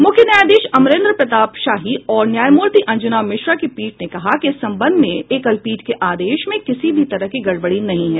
मुख्य न्यायाधीश अमरेन्द्र प्रताप शाही और न्यायमूर्ति अंजना मिश्रा की पीठ ने कहा कि इस संबंध में एकलपीठ के आदेश में किसी भी तरह की गड़बड़ी नहीं है